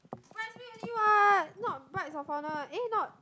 bridesmaid only what not bride of honour eh not